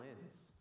lens